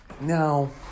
Now